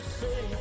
say